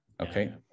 Okay